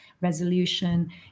resolution